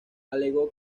alegó